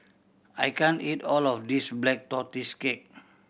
I can't eat all of this Black Tortoise Cake